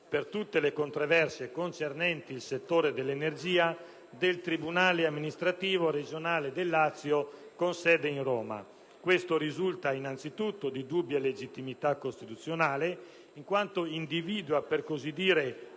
per tutte le controversie concernenti il settore dell'energia, del Tribunale amministrativo regionale del Lazio, con sede in Roma. Questo risulta innanzitutto di dubbia legittimità costituzionale, in quanto individua una specie